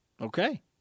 Okay